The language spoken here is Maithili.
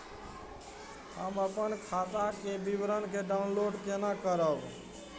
हम अपन खाता के विवरण के डाउनलोड केना करब?